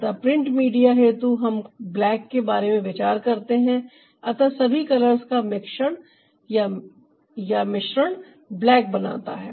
अब print media हेतु हम ब्लैक के बारे में विचार करते हैंअतः सभी कलर्स का मिश्रण ब्लैक बनाता है